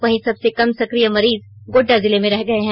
वहीं सबसे कम सकिय मरीज गोड्डा जिले में रह गए हैं